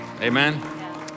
amen